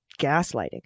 gaslighting